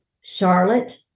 Charlotte